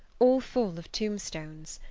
all full of tombstones.